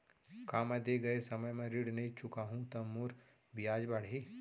का मैं दे गए समय म ऋण नई चुकाहूँ त मोर ब्याज बाड़ही?